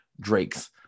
drake's